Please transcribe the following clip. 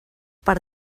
per